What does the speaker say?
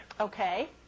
Okay